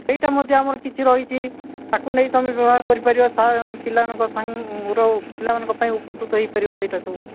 ସେଇଟା ମଧ୍ୟ ଆମର କିଛି ରହିଛି ତାକୁ ନେଇ ତୁମେ ବ୍ୟବହାର କରିପାରିବ ପିଲାମାନଙ୍କ ପିଲାମାନଙ୍କ ପାଇଁ ଉପକୃତ ହୋଇପାରିବ ସେଇଟା ସବୁ